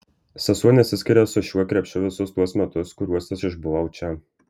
sesuo nesiskiria su šiuo krepšiu visus tuos metus kuriuos aš išbuvau čia